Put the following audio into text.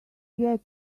get